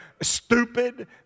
stupid